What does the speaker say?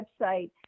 website